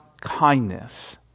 kindness